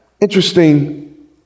interesting